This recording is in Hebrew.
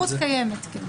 הסמכות קיימת, כן.